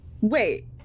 Wait